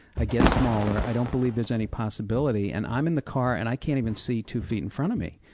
i get smaller, i don't believe there's any possibility, and i'm in the car and i can't even see two feet in front of me,